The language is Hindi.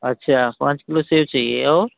अच्छा पाँच किलो सेब चाहिए और